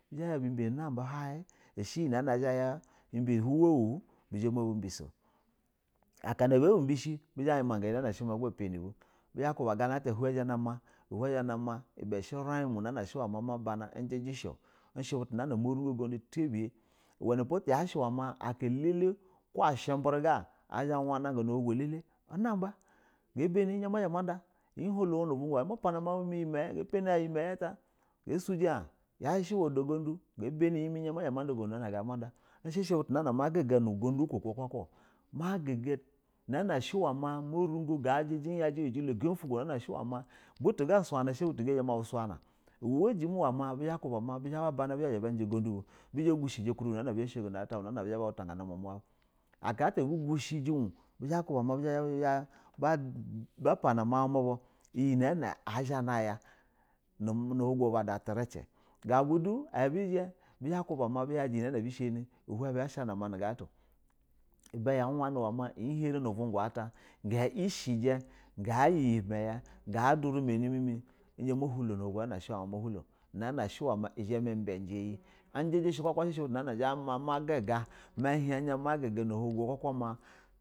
Bɛzhɛ ba hin hu ubɛ a buzhɛ ba ya hin ɛbɛ uhuwo bɛ zhɛ mabubiso aka na babu bɛshɛ ba yima ga iyɛ na shɛ ma panɛ bu, ga nata uhin zha yana nama ɛbɛ shɛ urin mu nana shɛ ma mu na bana ujɛjɛ shɛ ishɛ butuna ba rugo ugodu tabiyɛ, umɛmpo ko ashɛ birɛ ga a zha a wanaga na oto lele unaba ga banɛ ɛzhɛ mada iyɛ harɛ nu uvwnga ɛzha mapana mau mɛmɛ iyɛ mayɛ ga bani a iyɛ mayɛ atɛ ga, sijɛ in yashɛ shɛ uwɛ da gudu izha ma da ugundo nana gazha mada butu na ba gugu nu ugudu oko ko kaka u ma guga nana shɛ uwɛ ma iyajɛ aya jɛlo ugambɛ ofo buluga suyani shɛ butu ga zhama suyana uwa jɛmɛ ma bizha ba bana bada ugundu bu zhɛ ba gushɛjɛ ukuribɛ bub a shano narata bu nana abu zhɛ bauta gana umuma bu, aka ata abu gashɛ jɛ un a ba pan mau mubu iyɛ nɛnɛ izhɛ nay a nu ulugu aba da tricɛ gab u du bizha buzha kuba ma yaki yina a bu shani uwhen bu zhash na ma gana ato ibɛ ya wanɛ wɛ ma iyɛ hahrɛ nu buga ata ga ishijɛ ga yɛ yimayɛ gadur mani mɛ izha ma hulo nuda na shɛ ma hulo nanana shɛ umɛ ma izhɛ ma bajɛ iyɛ ujɛjɛ kwakwa i shɛshɛ kakwa butma ba ma hin izhɛ ma gugo na olugo kuka na ohi ma.